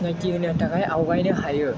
सिनाकि होनो थाखाय आवगायनो हायो